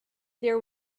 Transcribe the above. there